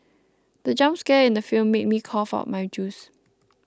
the jump scare in the film made me cough out my juice